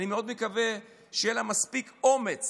אני מאוד מקווה שיהיו לה מספיק אומץ